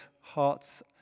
hearts